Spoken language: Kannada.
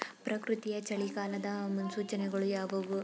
ಪ್ರಕೃತಿಯ ಚಳಿಗಾಲದ ಮುನ್ಸೂಚನೆಗಳು ಯಾವುವು?